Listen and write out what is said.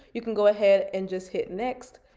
you can go ahead and just hit next,